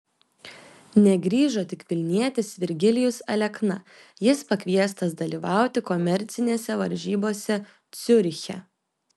negrįžo tik vilnietis virgilijus alekna jis pakviestas dalyvauti komercinėse varžybose ciuriche